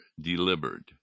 delivered